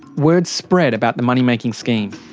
word spread about the money-making scheme.